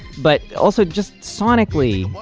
but also just sonically,